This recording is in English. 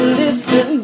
listen